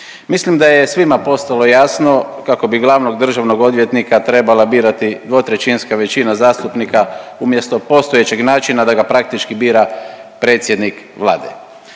Mislim da je svima postalo jasno kako bi glavnog državnog odvjetnika trebala birati 2/3 većina zastupnika umjesto postojećeg načina da ga praktički bira predsjednik Vlade.